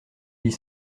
huit